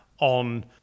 on